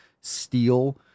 steel